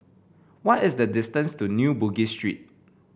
what is the distance to New Bugis Street